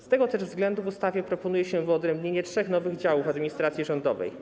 Z tego też względu w ustawie proponuje się wyodrębnienie trzech nowych działów administracji rządowej.